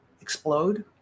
explode